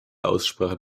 aussprachen